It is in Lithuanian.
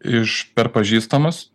iš per pažįstamus